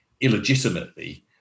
illegitimately